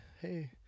Hey